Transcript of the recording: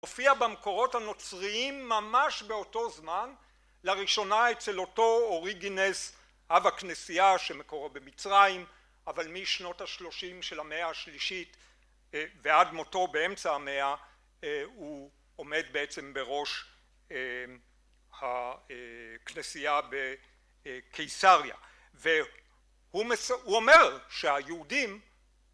הופיע במקורות הנוצריים ממש באותו זמן לראשונה אצל אותו אוריגינס אב הכנסייה שמקורו במצרים אבל משנות השלושים של המאה השלישית ועד מותו באמצע המאה הוא עומד בעצם בראש הכנסייה בקיסריה והוא אומר שהיהודים